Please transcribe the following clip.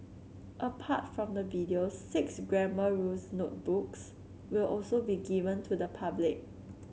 apart from the videos six grammar rules notebooks will also be given to the public